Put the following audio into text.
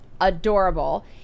adorable